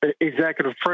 executive